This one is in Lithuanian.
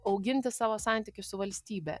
auginti savo santykius su valstybe